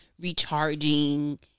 recharging